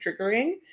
triggering